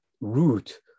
root